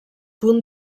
punt